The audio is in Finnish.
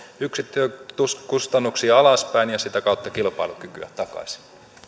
yksikkötyökustannuksia alaspäin ja sitä kautta kilpailukykyä takaisin